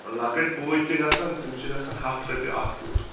لۅکٕٹۍ پوٗتۍ چھِ گژھان تِم چھِ گژھان ہَتھ رۄپیہِ اَکھ پوٗت